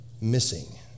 missing